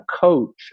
coach